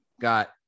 got